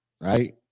right